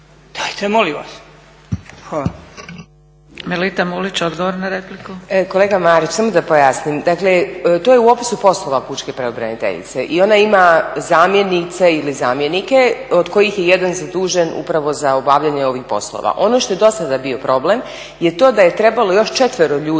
Dajte molim vas.